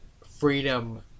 freedom